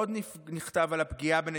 עוד נכתב על הפגיעה בנתיבות,